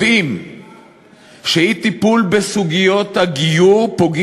יודעים שאי-טיפול בסוגיות הגיור פוגע